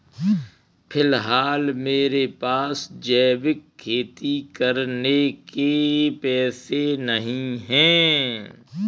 फिलहाल मेरे पास जैविक खेती करने के पैसे नहीं हैं